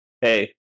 Hey